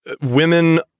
women